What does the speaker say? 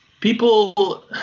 People